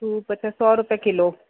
सूफ़ छह सौ रुपए किलो